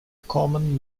common